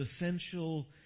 essential